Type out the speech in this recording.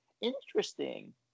Interesting